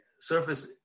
surface